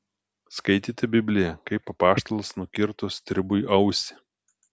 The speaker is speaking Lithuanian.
skaitėte bibliją kaip apaštalas nukirto stribui ausį